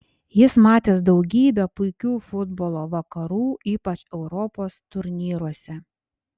jis matęs daugybę puikių futbolo vakarų ypač europos turnyruose